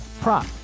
prop